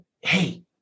hey